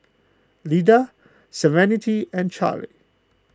Lida Serenity and Charle